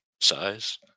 size